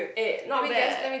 eh not bad